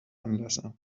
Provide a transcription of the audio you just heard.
anlasser